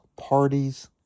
parties